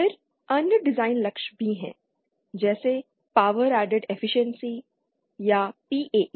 फिर अन्य डिज़ाइन लक्ष्य भी हैं जैसे पावर एडेड एफिशिएंसी या पीएई